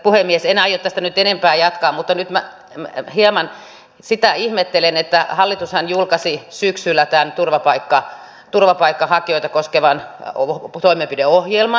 en aio tästä nyt enempää jatkaa mutta nyt hieman sitä ihmettelen että hallitushan julkaisi syksyllä tämän turvapaikanhakijoita koskevan toimenpideohjelman